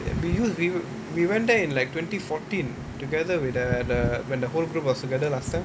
we used we we went there in like twenty fourteen together with the the when the whole group was together last time